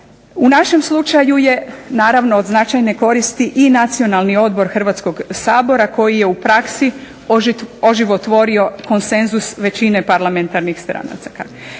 U našem slučaju je naravno od značajne koristi i Nacionalni odbor Hrvatskog sabora koji je u praksi oživotvorio konsenzus većine parlamentarnih stranaka.